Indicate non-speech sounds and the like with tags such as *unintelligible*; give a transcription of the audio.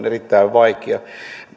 *unintelligible* erittäin vaikeaa